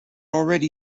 already